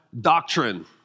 doctrine